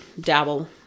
dabble